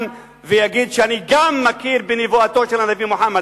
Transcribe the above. יגיד: גם אני מכיר בנבואתו של הנביא מוחמד,